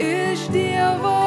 iš dievo